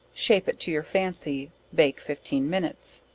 shape it to your fancy, bake fifteen minutes.